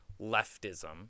leftism